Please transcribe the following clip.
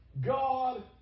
God